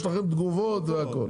יש לכם תגובות זה הכול.